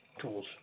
tools